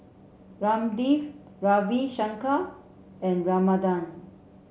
Ramdev Ravi Shankar and Ramanand